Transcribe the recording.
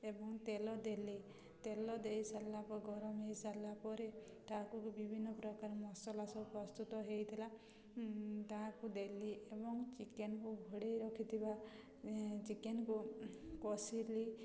ଏବଂ ତେଲ ଦେଲି ତେଲ ଦେଇ ସାରିଲା ପରେ ଗରମ ହୋଇସାରିଲା ପରେ ତାହାକୁ ବିଭିନ୍ନ ପ୍ରକାର ମସଲା ସବୁ ପ୍ରସ୍ତୁତ ହେଇଥିଲା ତାହାକୁ ଦେଲି ଏବଂ ଚିକେନ୍କୁ ଘୋଡ଼େଇ ରଖିଥିବା ଚିକେନ୍କୁ କଷିଲି